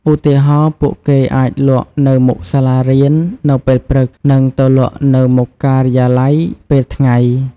ឧទាហរណ៍ ពួកគេអាចលក់នៅមុខសាលារៀននៅពេលព្រឹកនិងទៅលក់នៅមុខការិយាល័យពេលថ្ងៃ។